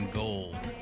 gold